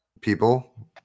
people